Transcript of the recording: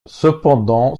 cependant